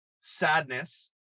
sadness